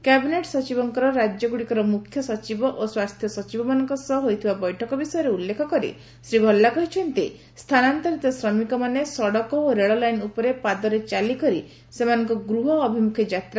cabinet ସଚିବଙ୍କର ରାଜ୍ୟଗୁଡ଼ିକର ମୁଖ୍ୟସଚିବ ଓ ସ୍ୱାସ୍ଥ୍ୟ ସଚିବମାନଙ୍କ ସହ ହୋଇଥିବା ବୈଠକ ବିଷୟରେ ଉଲ୍ଲେଖ କରି ଶ୍ରୀ ଭାଲ୍ଲା କହିଛନ୍ତି ସ୍ଥାନାନ୍ତରିତ ଶ୍ରମିକ ମାନେ ସଡ଼କ ଓ ରେଳ ଲାଇନ୍ ଉପରେ ପାଦରେ ଚାଲିକରି ସେମାନଙ୍କ ଗୃହ ଅଭିମୁଖେ ଯାତ୍